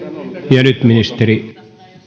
ja nyt ministeri